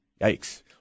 yikes